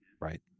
right